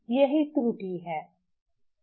यही त्रुटि है